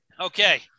Okay